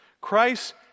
Christ